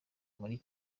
muri